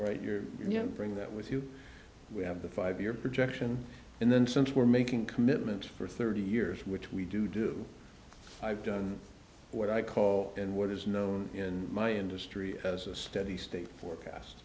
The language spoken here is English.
right your you know bring that with you we have the five year projection and then since we're making commitments for thirty years which we do do i've done what i call and what is known in my industry as a steady state forecast